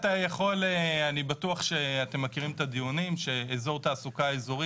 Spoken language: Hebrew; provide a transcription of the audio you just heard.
אני בטוח שאתם מכירים את הדיונים שאזור תעסוקה אזורי